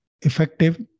effective